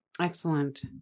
Excellent